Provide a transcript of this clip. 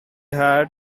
had